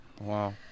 Wow